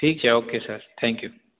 ઠીક છે okay sir thank you